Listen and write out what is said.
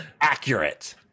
accurate